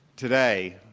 today,